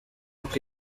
uko